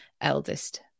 eldest